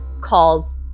calls